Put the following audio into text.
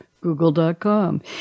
Google.com